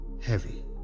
heavy